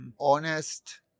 honest